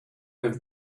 have